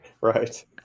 Right